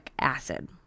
acid